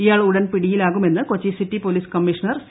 ഇയാൾ ഉടൻ പിടിയിലാകുമെന്ന് Kochi city police commissioner C